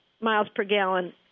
miles-per-gallon